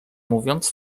mówiąc